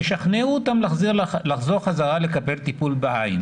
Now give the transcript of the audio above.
תשכנעו אותם לחזור חזרה לקבל טיפול בעין'